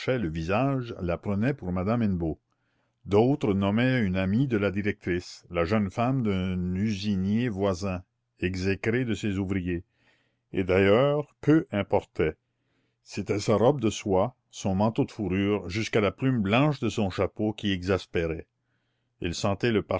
le visage la prenaient pour madame hennebeau d'autres nommaient une amie de la directrice la jeune femme d'un usinier voisin exécré de ses ouvriers et d'ailleurs peu importait c'étaient sa robe de soie son manteau de fourrure jusqu'à la plume blanche de son chapeau qui exaspéraient elle sentait le